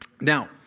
Now